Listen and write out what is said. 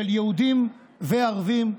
של יהודים וערבים,